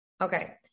Okay